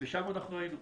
ושם אנחנו היינו.